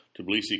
Tbilisi